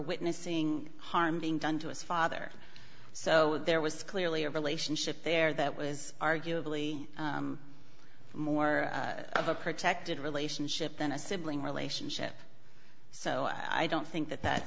witnessing harm being done to his father so there was clearly a relationship there that was arguably more of a protected relationship than a sibling relationship so i don't think that that